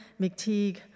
McTeague